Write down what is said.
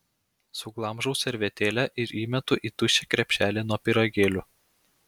suglamžau servetėlę ir įmetu į tuščią krepšelį nuo pyragėlių